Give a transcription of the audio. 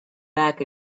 back